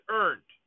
earned